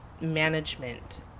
management